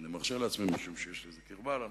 ואני מרשה לעצמי משום שיש לי איזו קרבה לנושא.